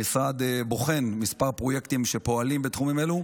המשרד בוחן כמה פרויקטים שפועלים בתחומים אלו.